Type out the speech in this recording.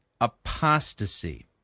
apostasy